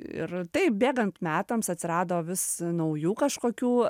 ir taip bėgant metams atsirado vis naujų kažkokių